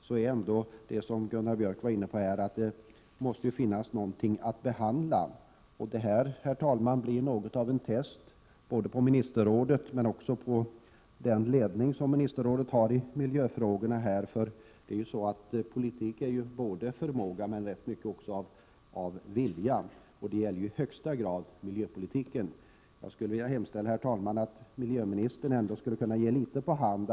Mendet är ändå så som Gunnar Björk påpekade, att det ju måste finnas någonting att behandla. Denna fråga, herr talman, blir något av ett test både på ministerrådet och på den ledning som ministerrådet har i miljöfrågorna. Politik handlar om förmåga, men rätt mycket också om vilja, och detta gäller ju i högsta grad miljöpolitiken. Jag skulle vilja hemställa, herr talman, att miljöministern ändå ger litet på hand.